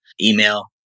email